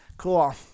Cool